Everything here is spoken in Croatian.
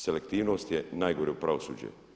Selektivnost je najgore pravosuđe.